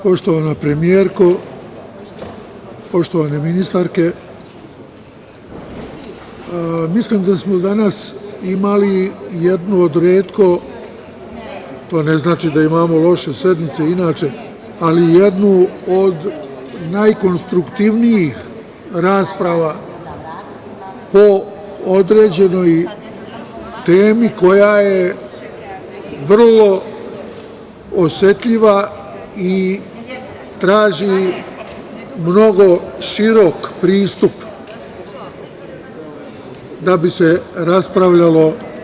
Poštovana premijerko, poštovane ministarke, mislim da smo danas imali jednu od retko, to ne znači da imamo loše sednice inače, ali jednu od najkonstruktivnijih rasprava po određenoj temi koja je vrlo osetljiva i traži mnogo širok pristup da bi se raspravljalo kvalitetno.